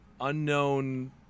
unknown